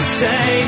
say